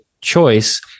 Choice